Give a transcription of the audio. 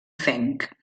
fenc